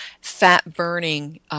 fat-burning